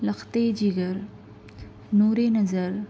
لختے جگر نورِ نظر